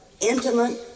intimate